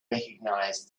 recognize